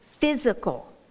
physical